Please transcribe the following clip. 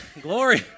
glory